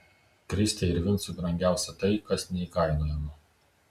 kristei ir vincui brangiausia tai kas neįkainojama